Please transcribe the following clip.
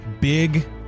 big